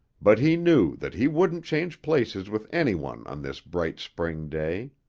but he knew that he wouldn't change places with anyone on this bright spring day.